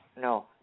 No